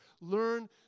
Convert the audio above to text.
Learn